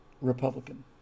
Republican